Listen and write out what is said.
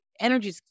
energy